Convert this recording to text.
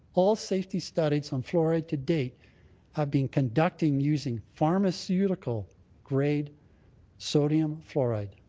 all safety studies on fluoride to date have been conducting using pharmaceutical grade sodium fluoride,